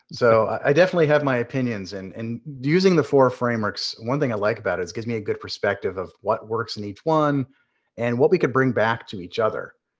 so, i definitely have my opinions. and and using the four frameworks, one thing i like about it is it gives me a good perspective of what works in each one and what we could bring back to each other.